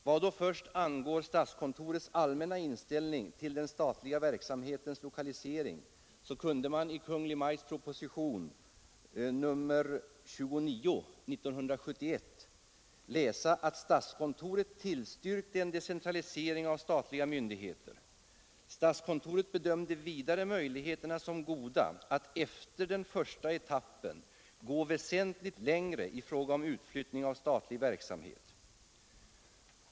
Vad då först angår statskontorets allmänna inställning till den statliga verksamhetens lokalisering kunde man läsa i Kungl. Maj:ts proposition 29 år 1971 att statskontoret tillstyrkte en decentralisering av statliga myndigheter. Statskontoret bedömde vidare möjligheterna som goda att efter den första etappen gå väsentligt längre i fråga om utflyttning av statlig verksamhet.